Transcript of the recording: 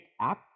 app